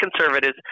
conservatives